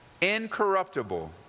incorruptible